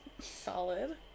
Solid